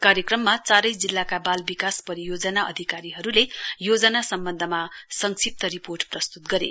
कार्यक्रममा चारै जिल्लाका बाल विकास परियोजना अधिकारीहरूले योजना सम्बन्धमा संक्षिप्त रिपोर्ट प्रस्तुत गरे